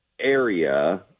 area